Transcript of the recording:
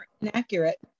inaccurate